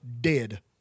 dead